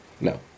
No